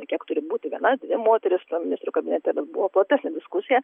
kiek turi būti viena moteris tam ministrų kabinete bet buvo platesnė diskusija